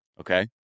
okay